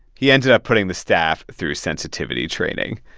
he ended up putting the staff through sensitivity training,